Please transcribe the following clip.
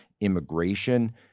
immigration